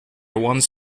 once